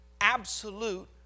absolute